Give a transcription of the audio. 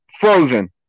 frozen